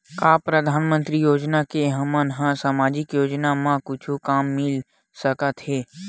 का परधानमंतरी योजना से हमन ला सामजिक योजना मा कुछु काम मिल सकत हे?